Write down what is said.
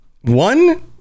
One